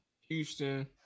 Houston